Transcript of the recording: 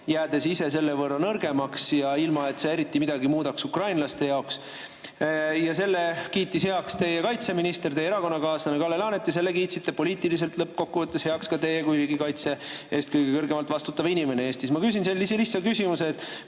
jäädes ise selle võrra nõrgemaks ja ilma et see eriti midagi muudaks ukrainlaste jaoks. Selle kiitis heaks teie kaitseminister, teie erakonnakaaslane Kalle Laanet ja selle kiitsite poliitiliselt lõppkokkuvõttes heaks ka teie, riigikaitse eest kõige kõrgemalt vastutav inimene Eestis. Ma küsin sellise lihtsa küsimuse: